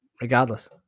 regardless